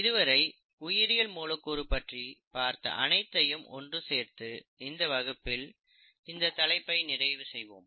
இதுவரை உயிரியல் மூலக்கூறு பற்றி பார்த்த அனைத்தையும் ஒன்று சேர்த்து இந்த வகுப்பில் இந்த தலைப்பை நிறைவு செய்வோம்